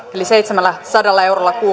eli seitsemälläsadalla